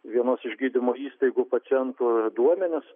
vienos iš gydymo įstaigų pacientų duomenys